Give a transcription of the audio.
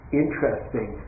interesting